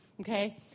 okay